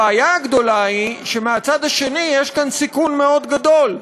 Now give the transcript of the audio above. הבעיה הגדולה היא שמהצד השני יש כאן סיכון מאוד גדול,